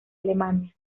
alemania